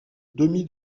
demi